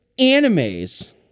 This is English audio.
animes